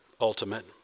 ultimate